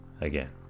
again